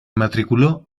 matriculó